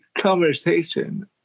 conversation